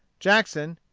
jackson,